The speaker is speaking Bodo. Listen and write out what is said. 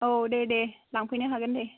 औ दे दे लांफैनो हागोन दे